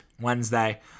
Wednesday